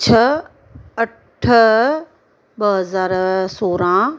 छ अठ ॿ हज़ार सोरहं